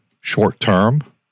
short-term